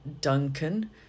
Duncan